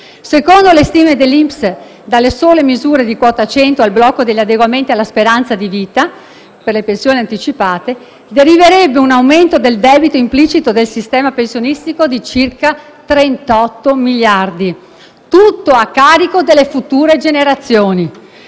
Secondo le stime dell'INPS, dalle sole misure di quota 100 e di blocco degli adeguamenti alla speranza di vita per le pensioni anticipate deriverebbe un aumento del debito implicito del sistema pensionistico pari a circa 38 miliardi di euro, interamente a carico delle future generazioni.